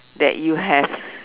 that you have